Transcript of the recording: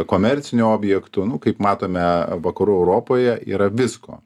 komercinių objektų nu kaip matome vakarų europoje yra visko